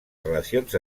relacions